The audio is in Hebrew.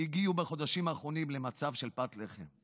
הגיעו בחודשים האחרונים למצב של פת לחם.